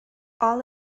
all